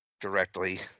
directly